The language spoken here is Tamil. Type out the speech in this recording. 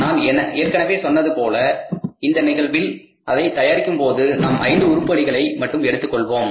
நான் ஏற்கனவே சொன்னது போல இந்த நிகழ்வில் அதை தயாரிக்கும் போது நாம் 5 உருப்படிகளை மட்டும் எடுத்துக் கொள்வோம்